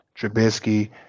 Trubisky